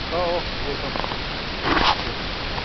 औ औ welcome welcome दे औ